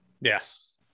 Yes